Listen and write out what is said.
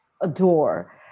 adore